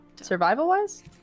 Survival-wise